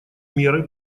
меры